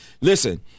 Listen